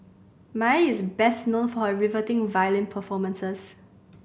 Mae is best known for her riveting violin performances